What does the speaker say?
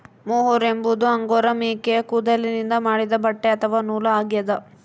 mohair ಎಂಬುದು angora ಮೇಕೆಯ ಕೂದಲಿನಿಂದ ಮಾಡಿದ ಬಟ್ಟೆ ಅಥವಾ ನೂಲು ಆಗ್ಯದ